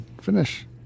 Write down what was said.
Finish